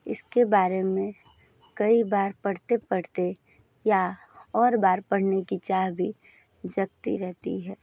इसके बारे में कई बार पढ़ते पढ़ते या और बार पढ़ने की चाह भी जगती रहती है